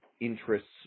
interests